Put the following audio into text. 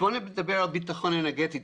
בואו נדבר על ביטחון אנרגטי.